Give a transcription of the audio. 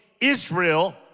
Israel